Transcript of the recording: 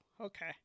Okay